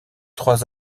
trois